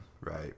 right